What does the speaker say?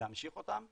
להמשיך אותם.